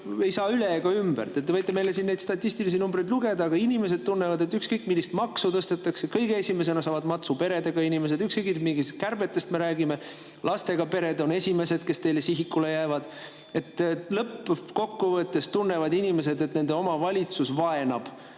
ei saa üle ega ümber. Te võite meile siin neid statistilisi numbreid lugeda, aga inimesed tunnevad, et ükskõik, millist maksu tõstetakse, saavad kõige esimesena matsu peredega inimesed. Ükskõik, mis kärbetest me räägime, on lastega pered esimesed, kes teil sihikule jäävad. Lõppkokkuvõttes tunnevad inimesed, et nende oma valitsus vaenab